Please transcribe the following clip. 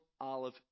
olive